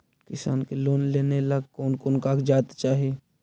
किसान के लोन लेने ला कोन कोन कागजात चाही?